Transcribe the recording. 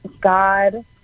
God